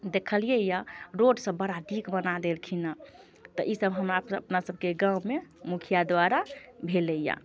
देखलियैया road सभ बड़ा नीक बना देलखिन हेँ तऽ इसभ हमरा अपना सभके गाँवमे मुखिया द्वारा भेलैया